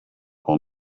will